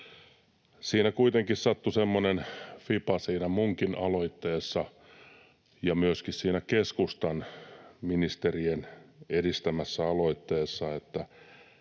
kuitenkin sattui semmoinen fiba — ja myöskin siinä keskustan ministerien edistämässä aloitteessa — että